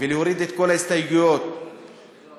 להוריד את כל ההסתייגויות ולקרוא